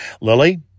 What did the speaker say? Lily